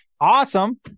awesome